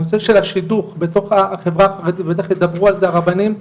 הנושא של השידוך בתוך החברה החרדית ותיכף ידברו על זה הרבנים,